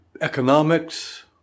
economics